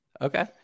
okay